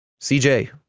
CJ